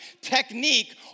technique